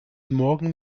morgen